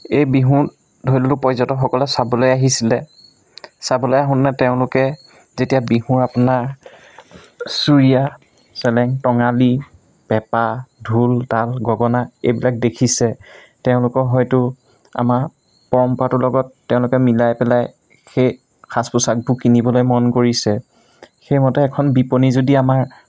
এই বিহু ধৰি ল'লোঁ পৰ্যটকসকলে চাবলৈ আহিছিলে চাবলৈ আহোঁতেনে তেওঁলোকে যেতিয়া বিহু আপোনাৰ চুৰিয়া চেলেং টঙালী পেঁপা ঢোল তাল গগনা এইবিলাক দেখিছে তেওঁলোকৰ হয়তো আমাৰ পৰম্পৰাটোৰ লগত তেওঁলোকে মিলাই পেলাই সেই সাজ পোছাকবোৰ কিনিবলৈ মন কৰিছে সেইমতে এখন বিপণি যদি আমাৰ